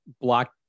block